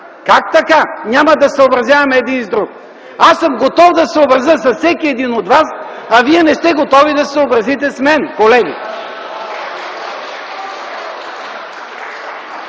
как така няма да се съобразяваме един с друг? Аз съм готов да се съобразя с всеки един от вас, а Вие не сте готови да се съобразите с мен, колеги!